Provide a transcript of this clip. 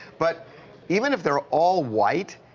but even if they're all white,